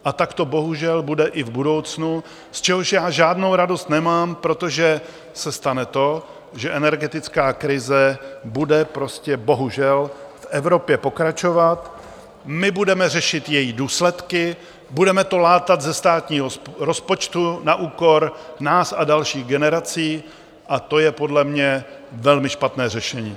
A tak to bohužel bude i v budoucnu, z čehož já žádnou radost nemám, protože se stane to, že energetická krize bude prostě bohužel v Evropě pokračovat, my budeme řešit její důsledky, budeme to látat ze státního rozpočtu na úkor nás a dalších generací a to je podle mě velmi špatné řešení.